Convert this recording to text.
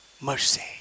Mercy